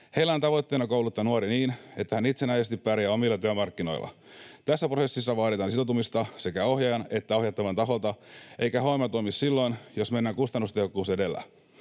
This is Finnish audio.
Heillä on tavoitteena kouluttaa nuori niin, että hän itsenäisesti pärjää omilla työmarkkinoilla. Tässä prosessissa vaaditaan sitoutumista sekä ohjaajan että ohjattavan taholta, eikä homma toimi silloin, jos mennään kustannustehokkuus edellä.